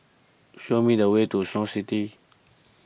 show me the way to Snow City